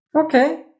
Okay